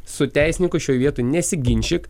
su teisininku šioj vietoj nesiginčyk